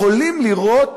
יכול לראות